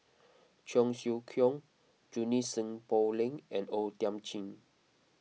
Cheong Siew Keong Junie Sng Poh Leng and O Thiam Chin